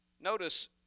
Notice